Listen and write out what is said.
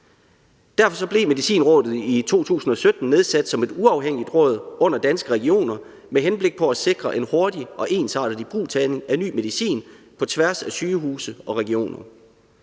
Derfor blev Medicinrådet i 2017 nedsat som et uafhængigt råd under Danske Regioner med henblik på at sikre en hurtig og ensartet ibrugtagning af ny medicin på tværs af sygehuse og regioner.